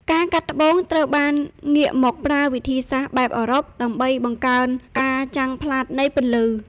ការកាត់ត្បូង ត្រូវបានងាកមកប្រើវិធីសាស្ត្របែបអឺរ៉ុប ដើម្បីបង្កើនការចាំងផ្លាតនៃពន្លឺ។